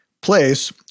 place